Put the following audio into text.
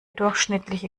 durchschnittliche